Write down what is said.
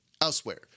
elsewhere